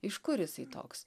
iš kur jisai toks